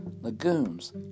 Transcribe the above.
legumes